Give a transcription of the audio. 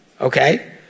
okay